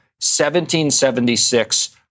1776